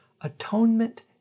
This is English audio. atonement